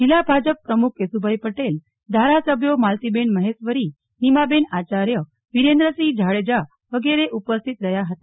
જિલ્લા ભાજપ પ્રમુખ કેશ્વભાઈ પટેલ ધારાસભ્યો માલતીબેન મહેશ્વરી નિમાબેન આચાર્ય વિરેન્દ્રસિંહ જાડેજા વિગેરે ઉપસ્થિત રહ્યા હતા